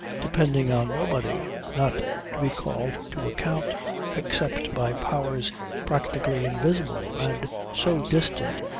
depending on nobody, not to be called to account except by powers practically invisible and so distant,